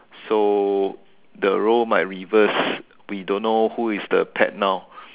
so the role might reverse we don't know who is the pet now